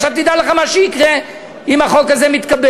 עכשיו, תדע לך מה שיקרה אם החוק הזה מתקבל.